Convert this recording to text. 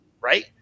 right